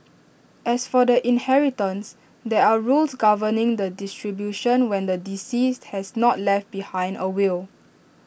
as for the inheritance there are rules governing the distribution when the deceased has not left behind A will